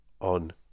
on